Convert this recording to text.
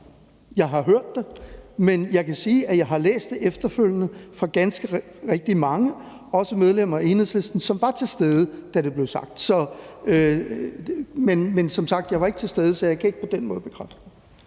jeg har hørt det; men jeg kan sige, at jeg har læst det efterfølgende, for der var ganske rigtigt mange, også medlemmer af Enhedslisten, til stede, da det blev sagt. Men som sagt var jeg ikke til stede, så jeg kan ikke på den måde bekræfte det.